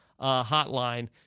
hotline